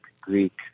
Greek